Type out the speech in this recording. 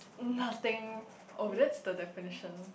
nothing oh that's the definition